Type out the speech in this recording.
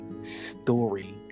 story